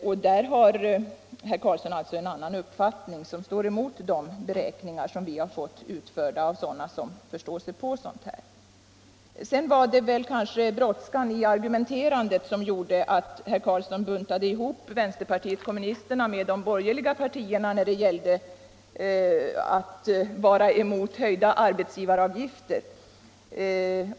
På den punkten har alltså Ekonomiskt stöd åt 50 herr Karlsson en annan uppfattning, som står emot de beräkningar vi har fått utförda av personer som förstår sig på sådant här. Sedan var det kanske brådskan i argumenterandet som gjorde att herr Karlsson buntade ihop vänsterpartiet kommunisterna med de borgerliga partierna när det gällde att vara emot höjda arbetsgivaravgifter.